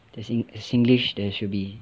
there's en~ singlish there should be